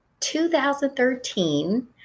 2013